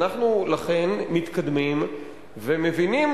אנחנו לכן מתקדמים ומבינים,